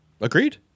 Agreed